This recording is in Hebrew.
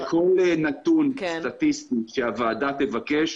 כל נתון סטטיסטי שהוועדה תבקש,